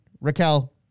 Raquel